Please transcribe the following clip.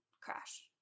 crash